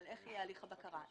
איך יהיה הליך הבקרה.